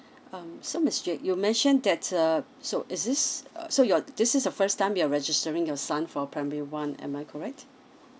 um so miss jade you mentioned that uh so is this uh so your this is the first time you're registering your son for primary one am I correct